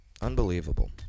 Unbelievable